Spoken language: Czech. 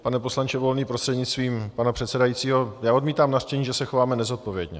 Pane poslanče Volný prostřednictvím pana předsedajícího, já odmítám nařčení, že se chováme nezodpovědně.